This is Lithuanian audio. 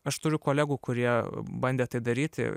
aš turiu kolegų kurie bandė tai daryti